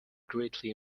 greatly